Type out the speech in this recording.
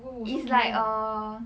oo oo